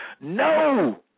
No